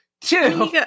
Two